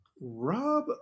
Rob